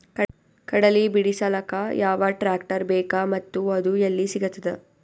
ಕಡಲಿ ಬಿಡಿಸಲಕ ಯಾವ ಟ್ರಾಕ್ಟರ್ ಬೇಕ ಮತ್ತ ಅದು ಯಲ್ಲಿ ಸಿಗತದ?